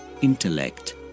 intellect